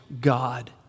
God